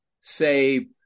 say